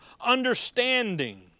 understanding